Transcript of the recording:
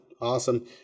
Awesome